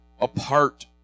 apart